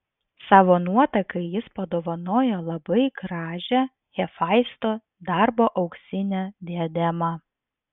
savo nuotakai jis padovanojo labai gražią hefaisto darbo auksinę diademą